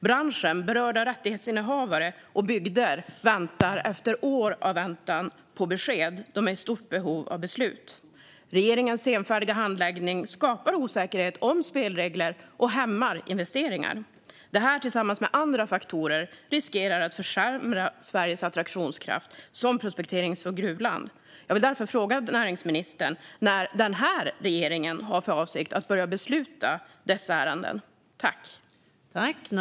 Branschen, berörda rättighetsinnehavare och bygder avvaktar besked efter år av väntan, och de är i stort behov av beslut. Regeringens senfärdiga handläggning skapar osäkerhet om spelregler och hämmar investeringar. Detta tillsammans med andra faktorer riskerar att försämra Sveriges attraktionskraft som prospekterings och gruvland. Jag vill därför fråga näringsministern: När har regeringen för avsikt att börja besluta i dessa ärenden?